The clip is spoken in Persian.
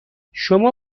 شما